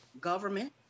government